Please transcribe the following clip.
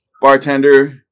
bartender